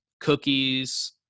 cookies